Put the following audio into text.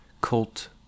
cult